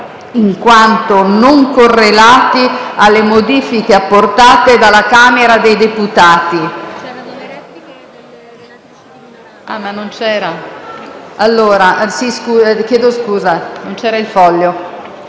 in quanto non correlati alle modifiche apportate dalla Camera dei deputati.